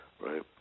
Right